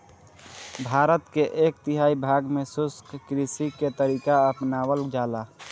भारत के एक तिहाई भाग में शुष्क कृषि के तरीका अपनावल जाला